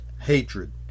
hatred